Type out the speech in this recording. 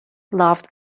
loved